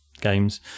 games